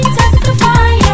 testify